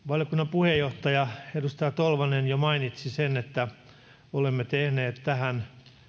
puheenjohtaja edustaja tolvanen jo mainitsi sen että olemme tehneet tähän